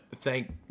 thank